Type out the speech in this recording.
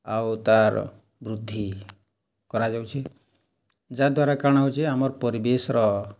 ଆଉ ତାର୍ ବୃଦ୍ଧି କରାଯାଉଛି ଯାଦ୍ୱାରା କାଣା ହୋଉଚି ଆମର୍ ପରିବେଶର୍